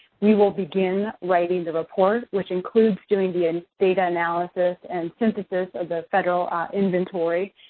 we will begin writing the report, which includes doing the and data analysis and synthesis of the federal inventory,